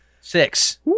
Six